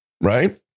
Right